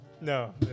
No